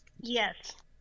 Yes